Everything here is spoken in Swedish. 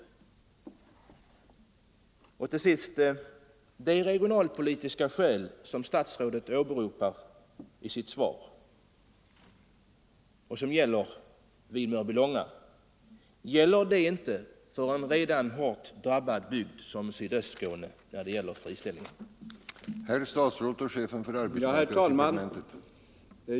31 januari 1975 Och till sist: Gäller inte de regionalpolitiska skäl som statsrådet åbe= == ropade i sitt svar beträffande Mörbylånga också för en av friställningar Om statlig investe redan hårt drabbad bygd som Sydöstskåne? ring i bransch med avsättningssvårig Herr arbetsmarknadsministern BENGTSSON: heter Herr talman!